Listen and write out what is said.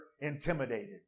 intimidated